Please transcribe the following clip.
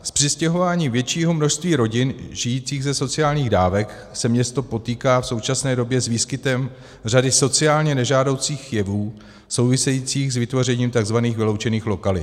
S přistěhováním většího množství rodin žijících ze sociálních dávek se město potýká v současné době s výskytem řady sociálně nežádoucích jevů souvisejících s vytvořením takzvaných vyloučených lokalit.